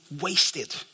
wasted